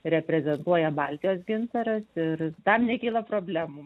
reprezentuojam baltijos gintarą ir tam nekyla problemų